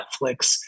Netflix